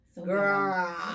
Girl